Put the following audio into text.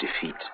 defeat